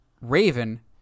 Raven